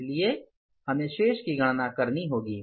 इसलिए हमें शेष की गणना करनी होगी